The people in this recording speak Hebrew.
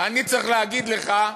אני צריך להגיד לך,